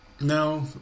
No